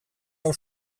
hau